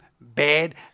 bad